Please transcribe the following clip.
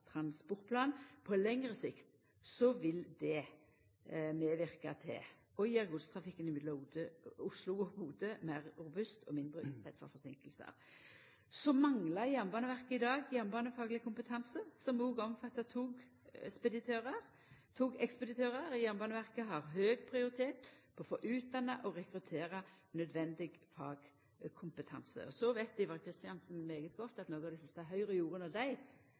transportplan. På lengre sikt vil det medverka til å gjera godstrafikken mellom Oslo og Bodø meir robust og mindre utsett for forseinkingar. Og så manglar Jernbaneverket i dag jernbanefagleg kompetanse, som òg omfattar togekspeditører. Jernbaneverket har høg prioritet på å få utdanna og rekruttert nødvendig fagkompetanse. Så veit Ivar Kristiansen veldig godt at noko av det siste Høgre gjorde då dei